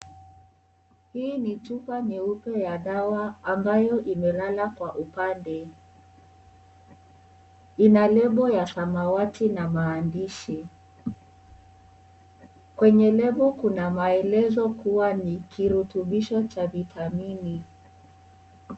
Hii ni chupa nyeupe ya dawa ambayo imelala kwa upande ina lebo ya samawati na maandishi, kwenye lebo kuna maandishi kuwa nikirutubisho cha vitamini.